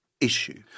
issue